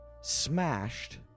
smashed